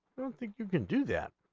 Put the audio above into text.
think you can do that